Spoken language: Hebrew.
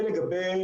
זה לגבי